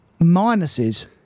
minuses